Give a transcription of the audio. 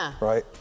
right